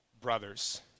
brothers